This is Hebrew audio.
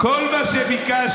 כל מה שביקשתי,